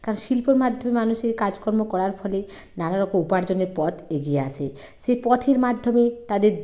আর শিল্পর মাধ্যমে মানুষের কাজকর্ম করার ফলে নানারকম উপার্জনের পথ এগিয়ে আসে সেই পথের মাধ্যমে তাদের